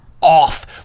off